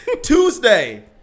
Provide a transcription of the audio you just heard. Tuesday